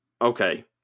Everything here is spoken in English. Okay